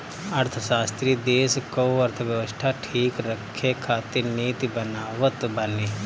अर्थशास्त्री देस कअ अर्थव्यवस्था ठीक रखे खातिर नीति बनावत बाने